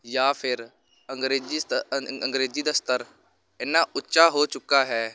ਜਾਂ ਫਿਰ ਅੰਗਰੇਜ਼ੀ ਸਤ ਅੰਗਰੇਜ਼ੀ ਦਾ ਸਤਰ ਇੰਨਾਂ ਉੱਚਾ ਹੋ ਚੁੱਕਾ ਹੈ